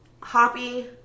hoppy